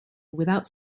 without